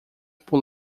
por